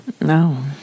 No